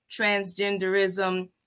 transgenderism